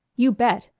you bet.